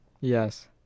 Yes